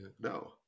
no